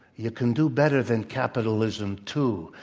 you can do better than capitalism, too.